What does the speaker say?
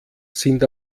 sind